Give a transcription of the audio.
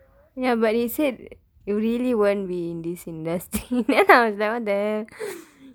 ya but he said you really won't be in this invest thing then I was like what the hell